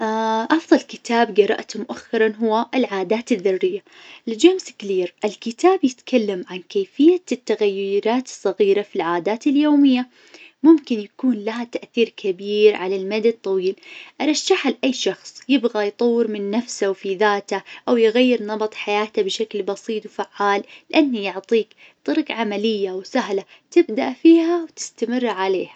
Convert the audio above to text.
أفضل كتاب قرأته مؤخرا هو العادات الذرية لجيمس كلير، الكتاب يتكلم عن كيفية التغييرات الصغيرة في العادات اليومية. ممكن يكون لها تأثير كبيرعلى المدى الطويل. أرشحه لأي شخص يبغى يطور من نفسه وفي ذاته أو يغير نمط حياته بشكل بسيط .وفعال، لأنه يعطيك طرق عملية وسهلة تبدأ فيها وتستمر عليها